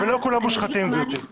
ולא כולם מושחתים, גברתי.